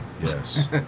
Yes